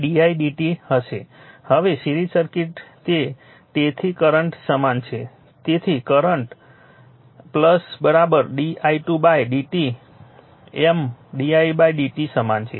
di dt છે હવે તે સિરીઝ સર્કિટ છે ટેથિ કરંટ સમાન છે તેથી current di2 by dt M didt સમાન છે